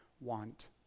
want